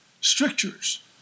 strictures